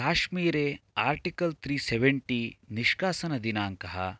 Kashmire article त्रि seventy निष्कासनदिनाङ्कः